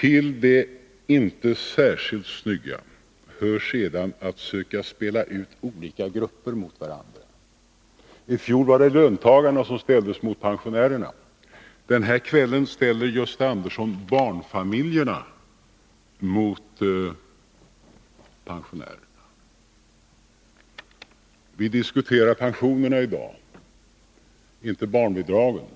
Till det inte särskilt snygga hör att spela ut olika grupper mot varandra. I fjol var det löntagarna som ställdes mot pensionärerna. I kväll ställer Gösta Andersson barnfamiljerna mot pensionärerna. Vi diskuterar pensionerna i dag, inte barnbidragen.